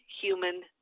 human